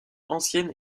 ancienne